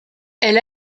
elle